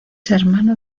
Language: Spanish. hermano